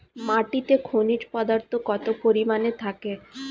মাটিতে খনিজ পদার্থ কত পরিমাণে থাকে?